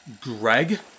Greg